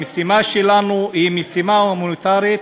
המשימה שלנו היא משימה הומניטרית,